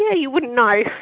yeah you wouldn't know.